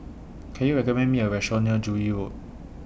Can YOU recommend Me A Restaurant near Joo Yee Road